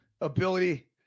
ability